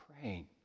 praying